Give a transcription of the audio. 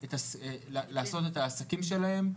את העסקים שלהם,